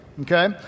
okay